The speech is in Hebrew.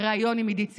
ריאיון עם עידית סילמן,